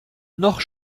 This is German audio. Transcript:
noch